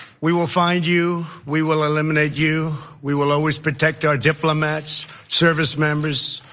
we will find you, we will eliminate you, we will always protect our diplomats, service members,